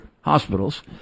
hospitals